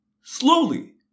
slowly